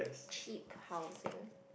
cheap housing